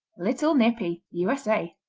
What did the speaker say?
little nippy u s a.